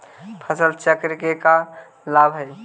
फसल चक्रण के का लाभ हई?